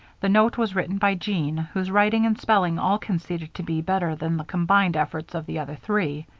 the note was written by jean, whose writing and spelling all conceded to be better than the combined efforts of the other three.